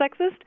sexist